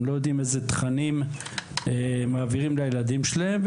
הם לא יודעים איזה תכנים מעבירים לילדים שלהם.